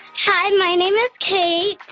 hi. my name is kate.